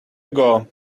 ago